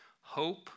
hope